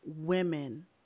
women